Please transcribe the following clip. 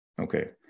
Okay